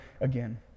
again